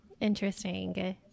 Interesting